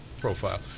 profile